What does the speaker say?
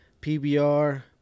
PBR